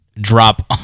drop